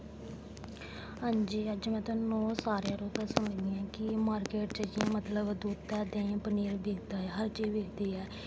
हां जी अज्ज में तोआनूं सारें गी सनान्नी आं कि मार्किट च जि'यां कि मतलब दुद्ध ऐ देहीं पनीर बिकदा ऐ हर चीज बिकदी ऐ